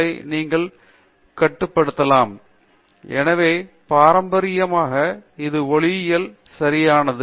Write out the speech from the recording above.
பேராசிரியர் தீபா வெங்கடேஷ் எனவே பாரம்பரியமாக இது ஒளியியல் சரியானது